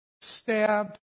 stabbed